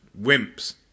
wimps